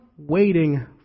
waiting